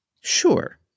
Sure